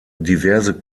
diverse